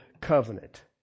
covenant